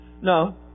No